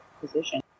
position